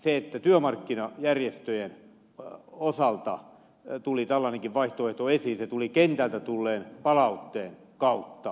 kun työmarkkinajärjestöjen osalta tuli tällainenkin vaihtoehto esiin se tuli kentältä tulleen palautteen kautta